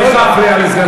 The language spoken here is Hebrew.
לא להפריע לסגן השר.